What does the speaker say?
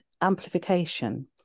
amplification